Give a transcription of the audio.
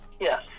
Yes